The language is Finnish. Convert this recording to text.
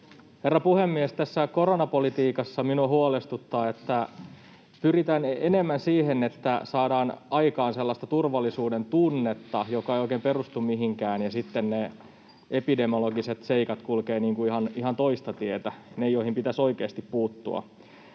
Herra puhemies! Tässä koronapolitiikassa minua huolestuttaa, että pyritään enemmän siihen, että saadaan aikaan sellaista turvallisuudentunnetta, joka ei oikein perustu mihinkään, ja sitten ne epidemiologiset seikat kulkevat ihan toista tietä — ne, joihin pitäisi oikeasti puuttua.